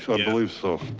so. i believe so.